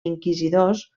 inquisidors